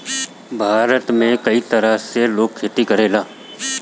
भारत में कई तरह से लोग खेती करेला